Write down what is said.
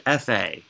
FA